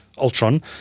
Ultron